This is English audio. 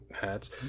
Hats